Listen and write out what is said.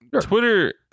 Twitter